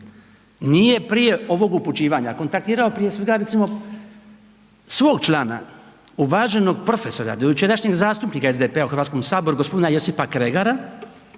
nije prije ovog upućivao kontaktirao prije svega svog člana, uvaženog profesora dojučerašnjeg zastupnika SDP-a gospodina Josipa Kregara